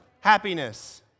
Happiness